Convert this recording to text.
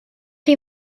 chi